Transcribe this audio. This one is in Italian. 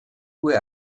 due